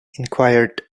inquired